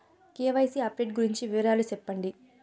KYC update గురించి వివరాలు సెప్పండి?